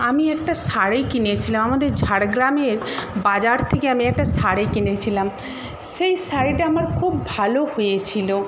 আমি একটা শাড়ি কিনেছিলাম আমাদের ঝাড়গ্রামের বাজার থেকে আমি একটা শাড়ি কিনেছিলাম সেই শাড়িটা আমার খুব ভালো হয়েছিল